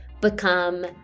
become